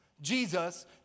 Jesus